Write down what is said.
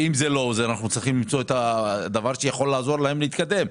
ואם זה לא עוזר אנחנו צריכים למצוא את הדבר שיכול לעזור להם להתקדם.